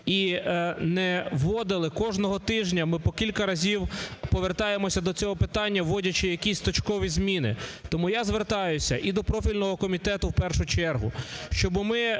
і не вводили кожного тижня. Ми по кілька разів повертаємося до цього питання, вводячи якісь точкові зміни. Тому я звертаюся і до профільного комітету в першу чергу, щоб ми